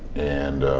and